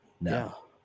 No